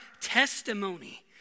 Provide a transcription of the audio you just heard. testimony